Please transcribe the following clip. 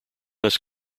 must